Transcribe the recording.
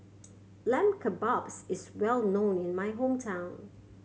Lamb Kebabs is well known in my hometown